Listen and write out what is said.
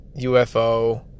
UFO